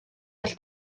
well